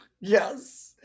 Yes